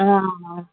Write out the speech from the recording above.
आं